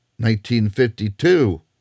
1952